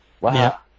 Wow